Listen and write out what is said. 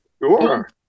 Sure